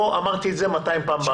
פה אמרתי את זה מאתיים פעמים.